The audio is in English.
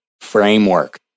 framework